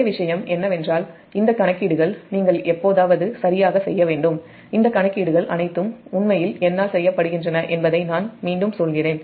ஒரே விஷயம் என்னவென்றால் இந்த கணக்கீடுகள் நீங்கள் எப்போதாவது சரியாக செய்ய வேண்டும் இந்த கணக்கீடுகள் அனைத்தும் உண்மையில் என்னால் செய்யப்படுகின்றன என்பதை நான் மீண்டும் சொல்கிறேன்